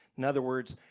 in other words,